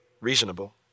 reasonable